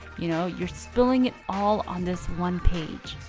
you know you're spilling it all on this one page.